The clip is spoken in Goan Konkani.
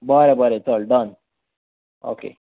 चल डन ओके